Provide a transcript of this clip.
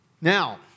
Now